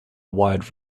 wide